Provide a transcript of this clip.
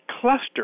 cluster